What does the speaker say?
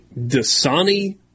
Dasani